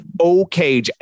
okay